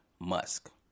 Musk